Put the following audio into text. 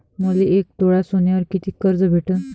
मले एक तोळा सोन्यावर कितीक कर्ज भेटन?